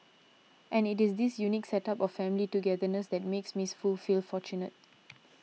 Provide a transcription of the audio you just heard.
and it is this unique set up of family togetherness that makes Miss Foo feel fortunate